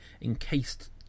encased